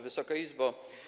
Wysoka Izbo!